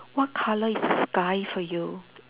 what colour is the sky for you